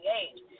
age